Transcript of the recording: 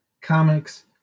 comics